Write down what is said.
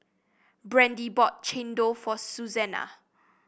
Brandie bought chendol for Suzanna